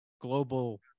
global